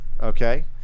Okay